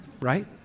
right